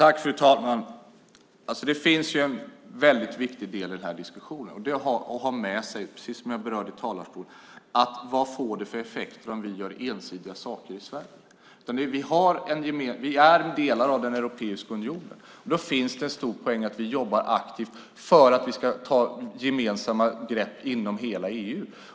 Fru talman! Det finns en viktig del att ha med sig i denna diskussion, nämligen vad det får för effekt om vi gör saker ensidigt i Sverige. Vi är en del av Europeiska unionen, och därför är det en poäng med att vi jobbar aktivt för att kunna ta gemensamma grepp i hela EU.